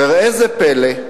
וראה איזה פלא,